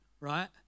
right